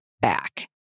back